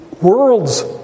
world's